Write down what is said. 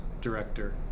director